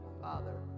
Father